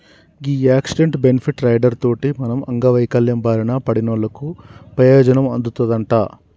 గీ accident, benefit rider తోటి మనం అంగవైవల్యం బారిన పడినోళ్ళకు పెయోజనం అందుతదంట